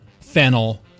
fennel